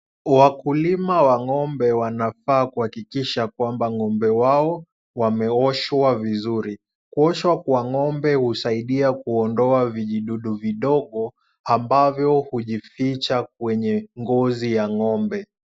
Wakulima wa ngombe wanafaa kuhakikisha kwamba ngombe wao wameoshwa vizuri. Kuoshwa kwa ngombe husaidia kuondoa vijidudu vidogo ambavyo hujificha kwenye ngozi ya ngombe.